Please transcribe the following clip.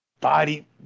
body